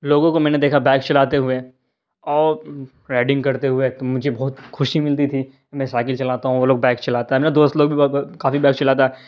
لوگوں کو میں نے دیکھا بائک چلاتے ہوئے اور رائڈنگ کرتے ہوئے تو مجھے بہت خوشی ملتی تھی میں سائکل چلاتا ہوں وہ لوگ بائک چلاتا ہے میرا دوست لوگ بھی کافی بائک چلاتا ہے